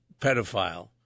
pedophile